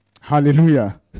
hallelujah